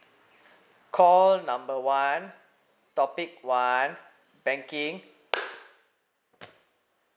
call number one topic one banking